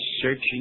searching